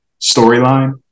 storyline